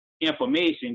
information